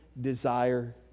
desire